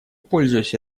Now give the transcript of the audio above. пользуясь